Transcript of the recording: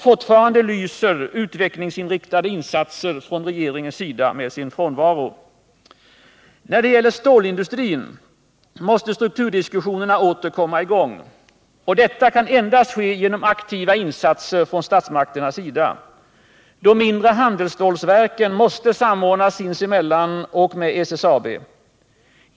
Fortfarande lyser utvecklingsinriktade insatser från regeringens sida med sin frånvaro. När det gäller stålindustrin måste strukturdiskussionerna åter komma i gång. Detta kan endast ske genom aktiva insatser från statsmakternas sida. De mindre handelsstålverken måste samordnas sinsemellan och med SSAB.